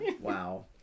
wow